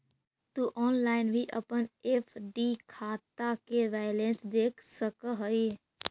तु ऑनलाइन भी अपन एफ.डी खाता के बैलेंस देख सकऽ हे